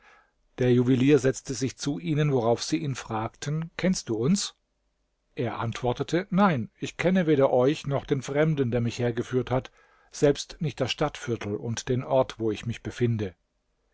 der juwelier setzte sich zu ihnen worauf sie ihn fragten kennst du uns er antwortete nein ich kenne weder euch noch den fremden der mich hergeführt hat selbst nicht das stadtviertel und den ort wo ich mich befinde